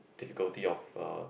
difficulty of a